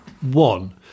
One